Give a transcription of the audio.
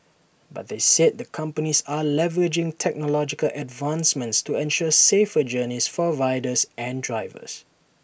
but they said the companies are leveraging technological advancements to ensure safer journeys for riders and drivers